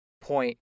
point